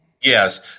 Yes